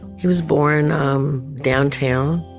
he was born um downtown,